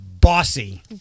Bossy